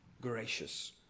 gracious